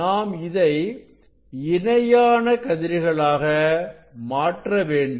நாம் இதை இணையான கதிர் களாக மாற்ற வேண்டும்